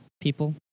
people